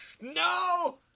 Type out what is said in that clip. no